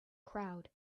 crowd